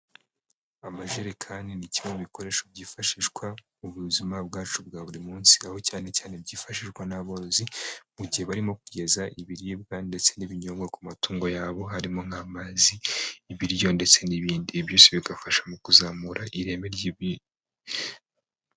Amajerekani ni kimwe mu bikoresho byifashishwa mu buzima bwacu bwa buri munsi, aho cyane cyane byifashishwa n'aborozi mu gihe barimo kugeza ibiribwa ndetse n'ibinyobwa ku matungo yabo, harimo nk'amazi, ibiryo ndetse n'ibindi. Ibyose bigafasha mu kuzamura ireme ry'ibi.